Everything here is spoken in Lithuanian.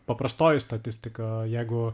paprastoji statistika jeigu